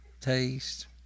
taste